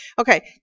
okay